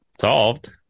solved